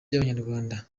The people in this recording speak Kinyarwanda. ry’abanyarwanda